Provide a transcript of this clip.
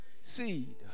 seed